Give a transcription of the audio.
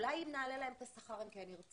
אולי אם נעלה להם את השכר הם כן ירצו.